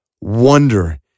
wonder